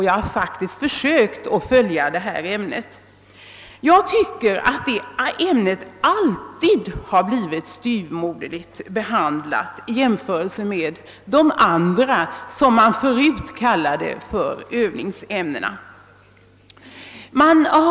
Jag har försökt följa ämnet, och jag tycker att det alltid blivit styvmoderligt behandlat i jämförelse med de andra ämnen som förut kallades övningsämnen.